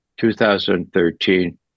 2013